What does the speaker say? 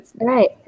right